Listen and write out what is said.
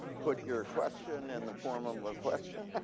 put your question in the form of a question.